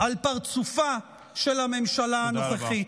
על פרצופה של הממשלה הנוכחית.